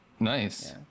nice